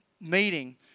meeting